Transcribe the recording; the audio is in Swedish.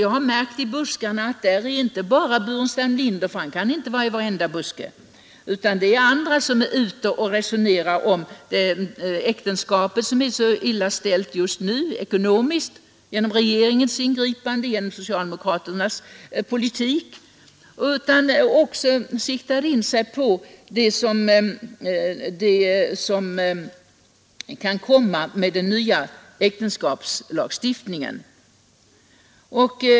Jag har märkt att detta inte bara är ett verk av herr Burenstam Linder — han kan ju inte vara med i varenda buske — utan det är också andra som talar om att äktenskapet just nu är illa ställt ekonomiskt genom regeringens ingripande och genom socialdemokraternas politik. De talarna siktar då också in sig på vad som kan bli följden av den nya äktenskapslagstiftningen.